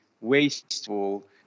wasteful